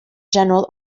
general